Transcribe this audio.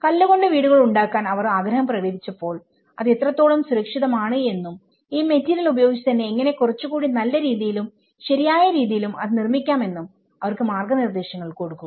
കല്ലുകൊണ്ട് വീടുകൾ ഉണ്ടാക്കാൻ അവർ ആഗ്രഹം പ്രകടിപ്പിക്കുമ്പോൾ അത് എത്രത്തോളം സുരക്ഷിതമാണ് എന്നും ഈ മെറ്റീരിയൽ ഉപയോഗിച്ച് തന്നെ എങ്ങനെ കുറച്ചു കൂടി നല്ല രീതിയിലും ശരിയായ രീതിയിലും അത് നിർമ്മിക്കാമെന്നും അവർക്ക് മാർഗ നിർദ്ദേശങ്ങൾ കൊടുക്കുക